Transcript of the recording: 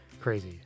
crazy